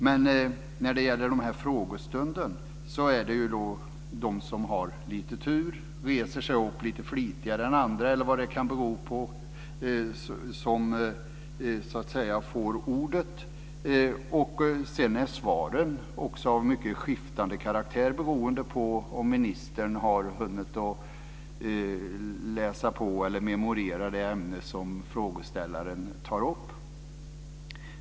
Men när det gäller frågestunden är det de som har lite tur, reser sig upp lite flitigare än andra, eller vad det kan bero på, som får ordet. Sedan är svaren också av mycket skiftande karaktär beroende på om ministern har hunnit att läsa på eller memorera det ämne som frågeställaren tar upp.